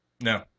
No